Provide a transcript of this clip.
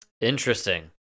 Interesting